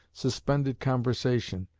suspended conversation,